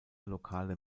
lokale